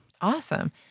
Awesome